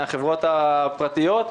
מהחברות הפרטיות,